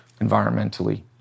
environmentally